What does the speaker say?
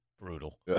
brutal